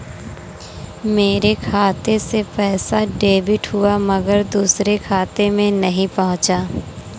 मेरे खाते से पैसा डेबिट हुआ मगर दूसरे खाते में नहीं पंहुचा